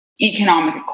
economic